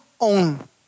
own